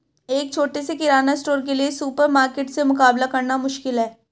एक छोटे से किराना स्टोर के लिए सुपरमार्केट से मुकाबला करना मुश्किल है